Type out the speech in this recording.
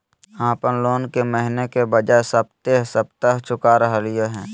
हम अप्पन लोन महीने के बजाय सप्ताहे सप्ताह चुका रहलिओ हें